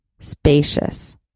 Spacious